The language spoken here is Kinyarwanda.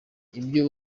ibyo